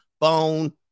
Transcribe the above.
phone